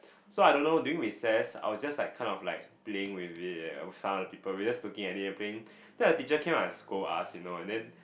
so I don't know during recess I will just like kind of like playing with it eh with some other people we just looking at it and playing then a teacher came out and scold us you know and then